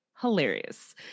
hilarious